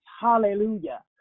Hallelujah